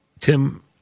Tim